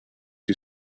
you